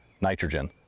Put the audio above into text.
nitrogen